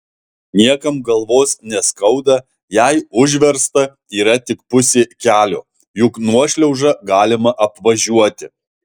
niekam galvos neskauda jei užversta yra tik pusė kelio juk nuošliaužą galima apvažiuoti